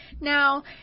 Now